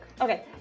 Okay